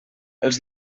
els